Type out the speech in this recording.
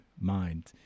mind